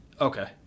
Okay